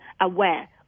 aware